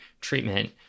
treatment